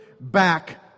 back